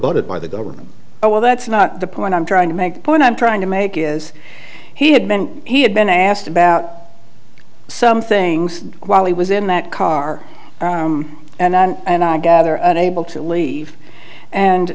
rebutted by the government oh well that's not the point i'm trying to make the point i'm trying to make is he had been he had been asked about some things while he was in that car and i gather unable to leave and